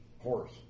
horse